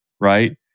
Right